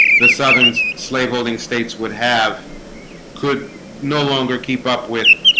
the southern slaveholding states would have could no longer keep up with